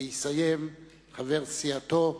יסיים חבר סיעתו,